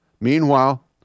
Meanwhile